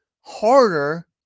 harder